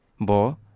bo